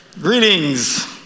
Greetings